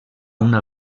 una